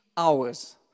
hours